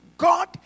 God